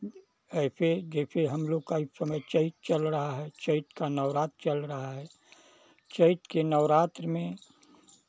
ऐसे जैसे हमलोग का इस समय चैत्र चल रहा है चैत्र का नवरात चल रहा है चैत्र के नवरात्र में